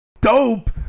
Dope